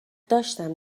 داشتم